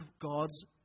God's